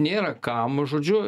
nėra kam žodžiu